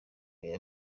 aya